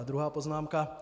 Druhá poznámka.